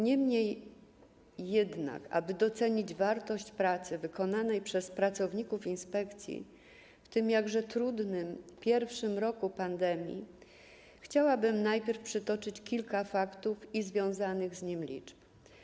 Niemniej jednak aby docenić wartość pracy wykonanej przez pracowników inspekcji w tym jakże trudnym pierwszym roku pandemii, chciałabym najpierw przytoczyć kilka faktów i związanych z nim liczb.